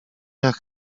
jak